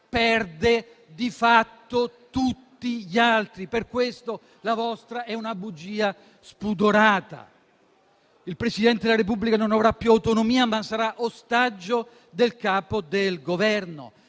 perde, di fatto, tutti gli altri. Per questo la vostra è una bugia spudorata. Il Presidente della Repubblica non avrà più autonomia, ma sarà ostaggio del Capo del Governo,